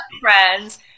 friends